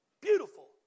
beautiful